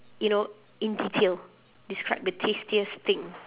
you know in detail describe the tastiest thing